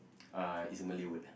uh it's a Malay word